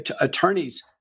attorneys